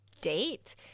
date